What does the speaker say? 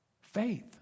Faith